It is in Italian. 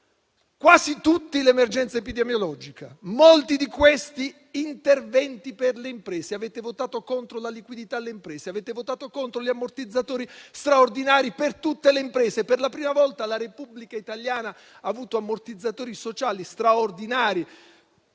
quasi tutti, l'emergenza epidemiologica e, molti di essi, hanno riguardato interventi per le imprese. Avete votato contro la liquidità alle imprese, avete votato contro gli ammortizzatori straordinari per tutte le imprese. Per la prima volta la Repubblica italiana ha avuto ammortizzatori sociali straordinari.